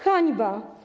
Hańba.